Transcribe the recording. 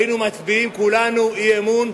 היינו מצביעים כולנו אי-אמון,